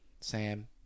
Sam